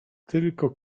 tylko